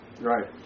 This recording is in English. Right